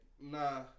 Nah